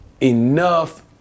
enough